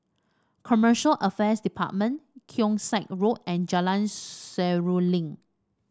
Commercial Affairs Department Keong Saik Road and Jalan Seruling